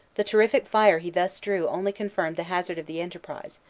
the terrific fire he thus drew only confirmed the hazard of the enterprise,